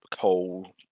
coal